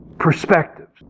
perspectives